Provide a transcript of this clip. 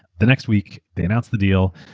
the next week, they announced the deal,